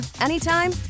anytime